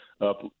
up –